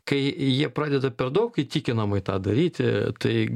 kai jie pradeda per daug įtikinamai tą daryti tai